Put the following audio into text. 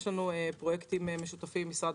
יש לנו פרויקטים משותפים עם משרד